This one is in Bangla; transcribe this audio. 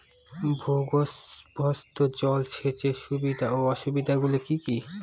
ভূগর্ভস্থ জল সেচের সুবিধা ও অসুবিধা গুলি কি কি?